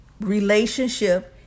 relationship